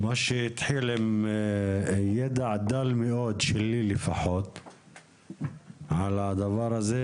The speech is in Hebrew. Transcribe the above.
מה שהתחיל עם ידע דל מאוד שלי לפחות על הדבר הזה,